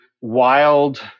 wild